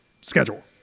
schedule